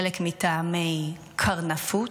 חלק מטעמי התקרנפות,